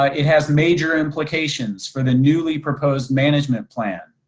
um it has major implications for the newly proposed management plan.